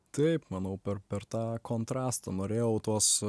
taip manau per per tą kontrastą norėjau tuos